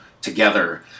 together